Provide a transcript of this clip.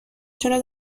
چرا